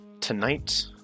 tonight